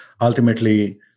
ultimately